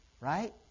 Right